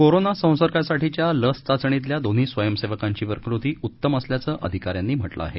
corona संसर्गासाठीच्या लस चाचणीतल्या दोन्ही स्वयंसेवकाची प्रकृती उत्तम असल्याचं अधिकाऱ्यांनी म्हटलं आहे